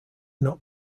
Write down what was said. not